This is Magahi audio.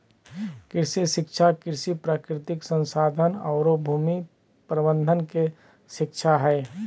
कृषि शिक्षा कृषि, प्राकृतिक संसाधन औरो भूमि प्रबंधन के शिक्षा हइ